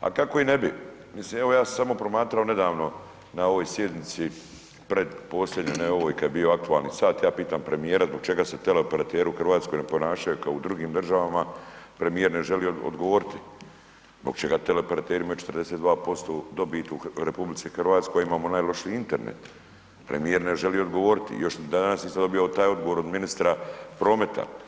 a kako i ne bi, mislim evo ja sam samo promatrao nedavno na ovoj sjednici, pretposljednjoj, ne ovoj kad je bio aktualni sat, ja pitam premijera zbog čega se teleoperateri u Hrvatskoj ne ponašaju kao u drugim državama, premijer ne želi odgovoriti zbog čega teleoperateri imaju 42% dobit u RH a imamo najlošiji Internet, premijer na želi odgovoriti, još dan danas nisam dobio taj odgovor od ministra prometa.